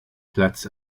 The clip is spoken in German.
platz